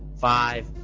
five